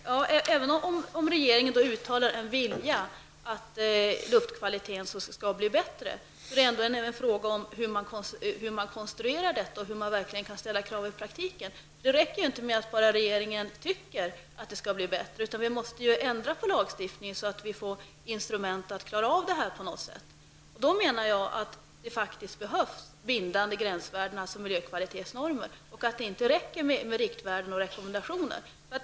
Herr talman! Även om regeringen uttalar en vilja att luftkvaliteten skall bli bättre är det ändå en fråga om hur man konstruerar detta och hur man verkligen kan ställa krav i praktiken. Det räcker ju inte med att regeringen bara tycker att det skall bli bättre, utan vi måste ändra på lagstiftningen, så att vi får instrument att klara av detta på något sätt. Då behövs det faktiskt bindande gränsvärden som miljökvalitetsnormer. Då räcker det inte med riktvärden och rekommendationer.